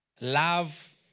Love